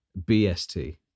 BST